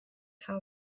how